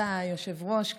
כבוד היושב-ראש,